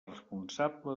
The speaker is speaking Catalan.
responsable